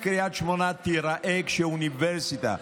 איך קריית שמונה תיראה כשתהיה בה אוניברסיטה.